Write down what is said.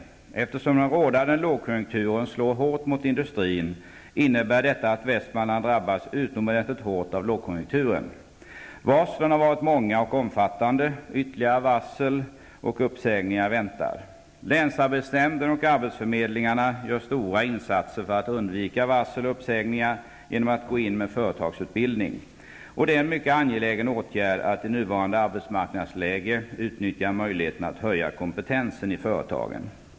Eftersom den rådande lågkonjunkturen slår hårt mot industrin, drabbas Västmanland utomordentligt hårt av lågkonjunkturen. Varslen har varit många och omfattande. Ytterligare varsel och uppsägningar väntar. Länsarbetsnämnden och arbetsförmedlingarna gör stora insatser för att undvika varsel och uppsägningar genom att gå in med företagsutbildning. Det är en mycket angelägen åtgärd att i nuvarande arbetsmarknadsläge utnyttja möjligheten att höja kompetensen i företagen.